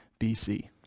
BC